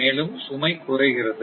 மேலும் சுமை குறைகிறது